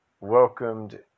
welcomed